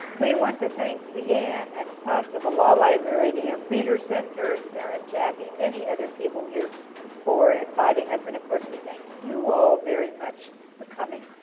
we want to thank leanne and the sort of law library, the ah leader's center, karen, jackie, many other people here for inviting us. and, of course, we thank you all very much for coming.